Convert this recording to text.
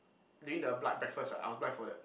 during the blood breakfast right I applied for that